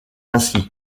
ainsi